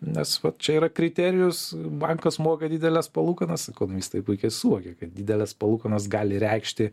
nes va čia yra kriterijus bankas moka dideles palūkanas komunistai puikiai suvokia kad didelės palūkanos gali reikšti